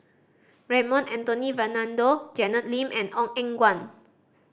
Raymond Anthony Fernando Janet Lim and Ong Eng Guan